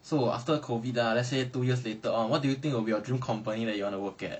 so after COVID lah let's say two years later on what do you think will be your dream company you want to work at